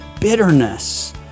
bitterness